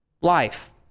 life